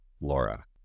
Laura